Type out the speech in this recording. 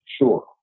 Sure